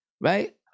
Right